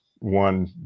one